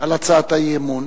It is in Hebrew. על הצעת האי-אמון.